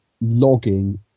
logging